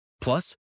Plus